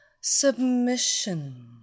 Submission